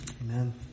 amen